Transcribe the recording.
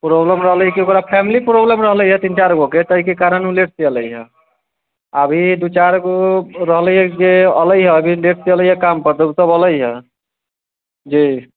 problem रहलै कि ओकरा फेमिली प्रोब्लम रहलै यऽ तीन चारि गो के ताहिके कारण ओ लेट सऽ एलैए अभी दू चारि गो रहलैए जे अलैय अभी लेट सऽ अलैय काम पर ओ सब अलैय जी